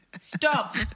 stop